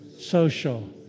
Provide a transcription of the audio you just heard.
social